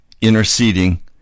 interceding